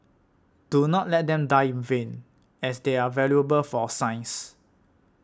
do not let them die in vain as they are valuable for science